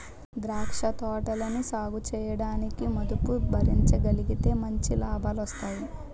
ద్రాక్ష తోటలని సాగుచేయడానికి మదుపు భరించగలిగితే మంచి లాభాలొస్తాయి